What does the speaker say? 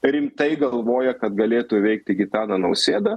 rimtai galvoja kad galėtų įveikti gitaną nausėdą